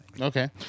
Okay